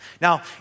Now